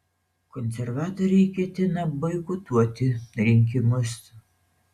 konservatoriai ketina boikotuoti rinkimus